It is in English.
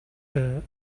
for